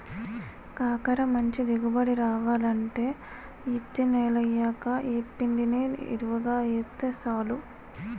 కాకర మంచి దిగుబడి రావాలంటే యిత్తి నెలయ్యాక యేప్పిండిని యెరువుగా యేస్తే సాలు